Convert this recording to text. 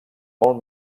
molt